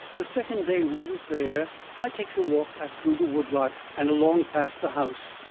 the second day we was there i takes a walk back through the wood-lot, and along past the house,